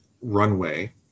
runway